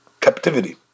Captivity